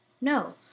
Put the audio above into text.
No